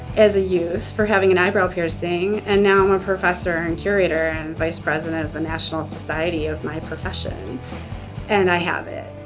as a youth for having an eyebrow piercing. and now i'm a professor and curator and vice president of the national society of my profession and i have it